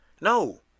No